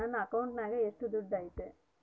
ನನ್ನ ಅಕೌಂಟಿನಾಗ ಎಷ್ಟು ದುಡ್ಡು ಐತಿ?